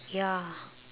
ya